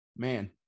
man